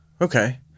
Okay